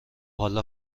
حالا